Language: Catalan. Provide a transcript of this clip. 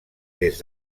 des